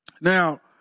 Now